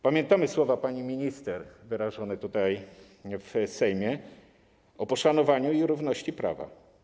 Pamiętamy słowa pani minister wyrażone tutaj, w Sejmie, o poszanowaniu i równości prawa.